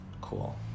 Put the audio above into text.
Cool